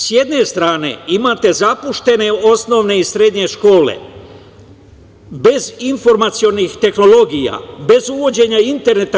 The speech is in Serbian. S jedne strane, imate zapuštene osnove i srednje škole bez informacionih tehnologija, bez uvođenja interneta.